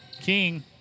King